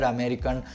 American